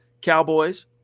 Cowboys